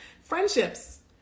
Friendships